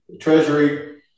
treasury